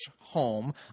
home